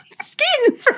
skin